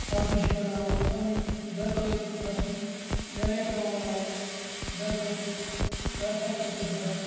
سَبزی چھِ بَناوان پَننہِ گَرٕ خٲطرٕسَبزی چھِ واریاہ پیٚوان بَناوٕنۍ گَرٕ خٲطرٕ گَرٕ خَرچَس مَنٛز چھِ لَگان